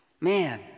man